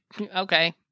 okay